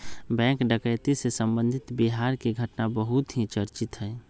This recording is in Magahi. बैंक डकैती से संबंधित बिहार के घटना बहुत ही चर्चित हई